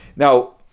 Now